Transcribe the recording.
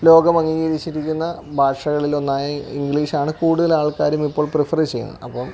ലോകം അംഗീകരിച്ചിരിക്കുന്ന ഭാഷകളിൽ ഒന്നായ ഇംഗ്ലീഷ് ആണ് കൂടുതൽ ആൾക്കാരും ഇപ്പോൾ പ്രിഫർ ചെയ്യുന്നത് അപ്പോൾ